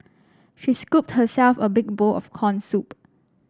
she scooped herself a big bowl of corn soup